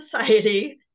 society